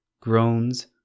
groans